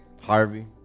Harvey